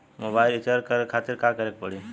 Mobile recharge करे खातिर का करे के पड़ी?